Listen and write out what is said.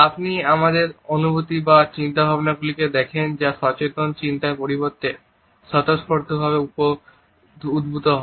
আপনি আমাদের অনুভূতি বা চিন্তাভাবনাগুলিকে দেখেন যা সচেতন চিন্তার পরিবর্তে স্বতঃস্ফূর্তভাবে উদ্ভূত হয়